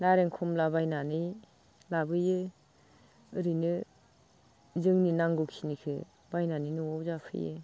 नारें खमला बायनानै लाबोयो ओरैनो जोंनि नांगौखिनिखो बायनानै न'आव जाफैयो